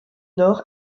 nord